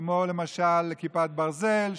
כמו למשל כיפת ברזל,